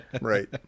Right